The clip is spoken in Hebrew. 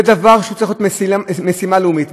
זה דבר שצריך להיות משימה לאומית.